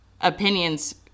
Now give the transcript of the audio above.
opinions